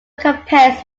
compares